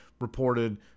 reported